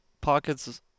pockets